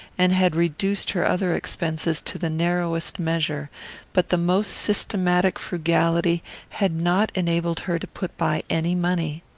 and had reduced her other expenses to the narrowest measure but the most systematic frugality had not enabled her to put by any money.